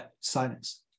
silence